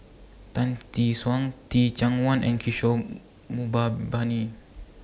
Tan Tee Suan Teh Cheang Wan and Kishore Mahbubani